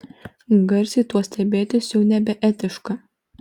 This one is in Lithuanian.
garsiai tuo stebėtis jau nebeetiška